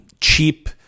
Cheap